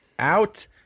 Out